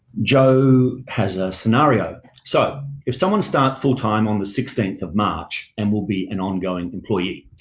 joe has a scenario. so if someone starts full time on the sixteenth of march and will be an ongoing employee,